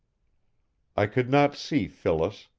i could not see phyllis,